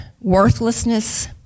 worthlessness